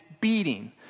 beating